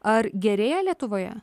ar gerėja lietuvoje